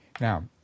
Now